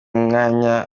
mwanya